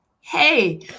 Hey